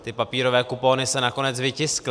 Ty papírové kupony se nakonec vytiskly.